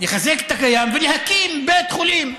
לחזק את הקיים ולהקים בית חולים,